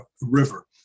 River